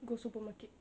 go supermarket